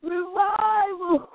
Revival